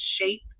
shape